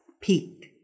peak